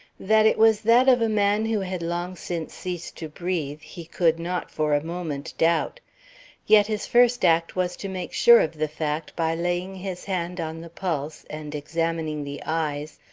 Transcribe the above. that it was that of a man who had long since ceased to breathe he could not for a moment doubt yet his first act was to make sure of the fact by laying his hand on the pulse and examining the eyes,